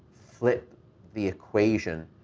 flip the equation,